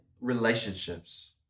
relationships